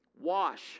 Wash